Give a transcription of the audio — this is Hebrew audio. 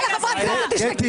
אל תגיד לחברת כנסת תשתקי.